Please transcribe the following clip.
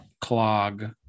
clog